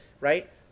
right